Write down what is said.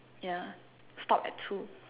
ya stop at two